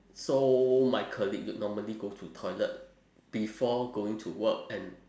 so my colleague normally go to toilet before going to work and